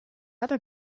other